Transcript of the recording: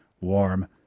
warm